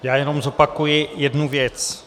Já jenom zopakuji jednu věc.